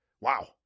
wow